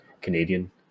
Canadian